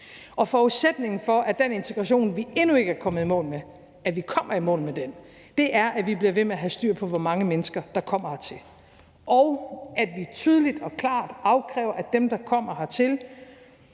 kommer i mål med den integration, vi endnu ikke er kommet i mål med, er, at vi bliver ved med at have styr på, hvor mange mennesker der kommer hertil, og at vi tydeligt og klart afkræver dem, der kommer hertil,